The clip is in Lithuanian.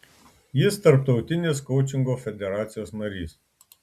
jis tarptautinės koučingo federacijos narys